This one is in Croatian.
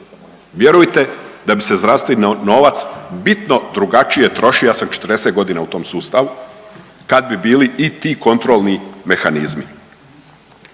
Vjerujte da bi se zdravstveni novac bitno drugačije trošio, ja sam 40 godina u tom sustavu kad bi bili i ti kontrolni mehanizmi.